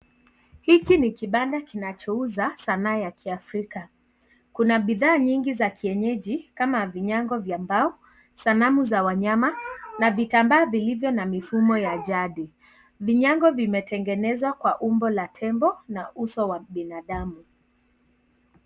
Hiki ni kibanda kinachouza sanaa ya kiafrika . Kuna bidhaa nyingi za kienyeji kama vinyago vya mbao, sanamu za wanyama na vitambaa vilivyo na mifumo ya jadi . Vinyago vimetengenezwa kwa umbo la tembo na uso wa binadamu.